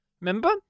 Remember